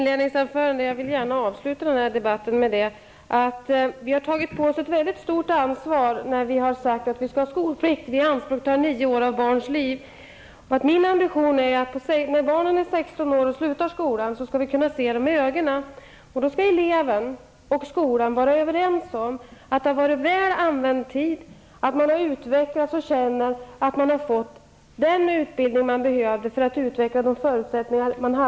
Herr talman! Jag vill gärna avsluta den här debatten med något som jag sade i mitt inledningsanförande. Vi har tagit på oss ett mycket stort ansvar när vi har sagt att vi skall ha skolplikt. Vi tar i anspråk nio år av ett barns liv. Min ambition är att när barnen är 16 år och slutar skolan skall vi kunna se dem i ögonen. Eleven och skolan skall då vara överens om att det har varit väl använd tid, att eleven har utvecklats och känner att han/hon har fått den utbildning som behövs för att utveckla de egna förutsättningarna.